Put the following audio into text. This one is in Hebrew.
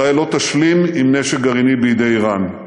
ישראל לא תשלים עם נשק גרעיני בידי איראן,